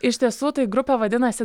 iš tiesų tai grupė vadinasi